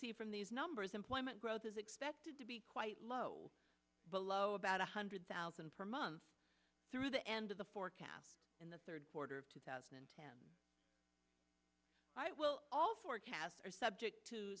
see from these numbers employment growth is expected to be quite low below about one hundred thousand per month through the end of the forecasts in the third quarter of two thousand and ten all forecasts are subject to